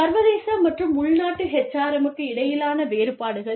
சர்வதேச மற்றும் உள்நாட்டு HRM க்கு இடையிலான வேறுபாடுகள்